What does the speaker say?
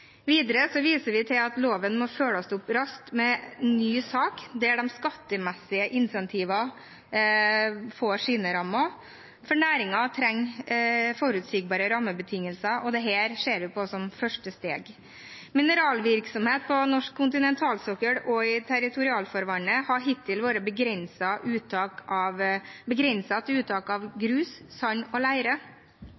Videre viser vi til at loven må følges opp raskt med en ny sak der de skattemessige incentivene får sine rammer, for næringen trenger forutsigbare rammebetingelser, og dette ser vi på som første steg. Mineralvirksomhet på norsk kontinentalsokkel og i territorialfarvannet har hittil vært begrenset til uttak av